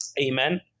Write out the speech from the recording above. amen